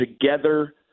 together